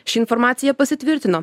ši informacija pasitvirtino